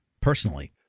personally